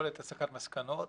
יכולת הסקת מסקנות,